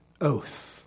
oath